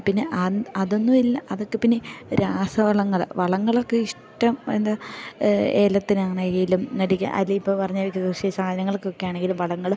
പിന്നെ അതൊന്നുമില്ല അതൊക്കെ പിന്നെ രാസവളങ്ങൾ വളങ്ങളൊക്കെ ഇഷ്ടം എന്താ ഏലത്തിനാണെങ്കിലും അടക്ക അല്ലേ ഇപ്പം പറഞ്ഞതൊക്കെ കൃഷി സാധനങ്ങൾക്കൊക്കെ ആണെങ്കിലും വളങ്ങൾ